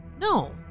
no